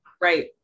Right